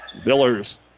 Villers